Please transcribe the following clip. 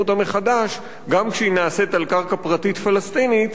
אותה מחדש גם כשהיא נעשית על קרקע פרטית פלסטינית,